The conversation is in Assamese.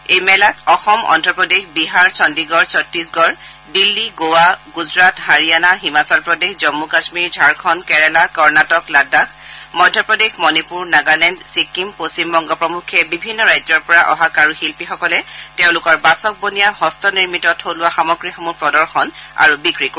হাটত অসম অদ্ৰপ্ৰদেশ বিহাৰ চণ্ডীগড চত্তিশগড দিল্লী গোৱা গুজৰাট হাৰিয়ানা হিমাচলপ্ৰদেশ জম্ম কামীৰ ঝাৰখণ্ড কেৰালা কৰ্ণটিক লাডাখ মধ্যপ্ৰদেশ মণিপুৰ নাগালেণ্ড ছিক্কিম পশ্চিমবংগ প্ৰমুখ্যে বিভিন্ন ৰাজ্যৰ পৰা অহা কাৰুশিল্পীসকলে তেওঁলোকৰ বাচকবনীয়া হস্তনিৰ্মিত থলুৱা সামগ্ৰীসমূহ প্ৰদৰ্শন আৰু বিক্ৰী কৰিব